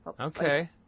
Okay